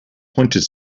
pointed